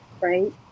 right